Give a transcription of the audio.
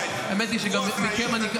באמת אין מה לצפות.